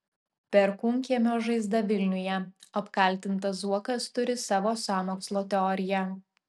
perkūnkiemio žaizda vilniuje apkaltintas zuokas turi savo sąmokslo teoriją